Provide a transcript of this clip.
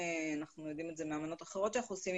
אנחנו גם יודעים את זה מאמנות אחרות שאנחנו עושים,